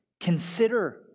consider